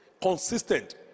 Consistent